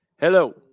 hello